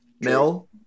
Mel